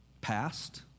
past